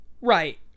Right